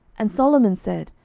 and solomon said,